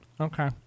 Okay